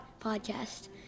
podcast